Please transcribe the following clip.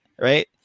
right